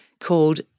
called